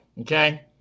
okay